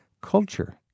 culture